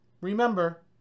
Remember